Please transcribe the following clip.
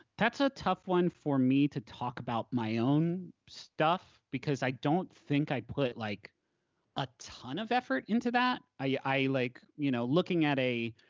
that's a tough one, for me to talk about my own stuff, because i don't think i put like a ton of effort into that. like you know looking at a.